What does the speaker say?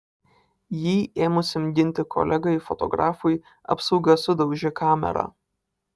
jį ėmusiam ginti kolegai fotografui apsauga sudaužė kamerą